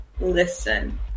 listen